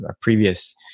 previous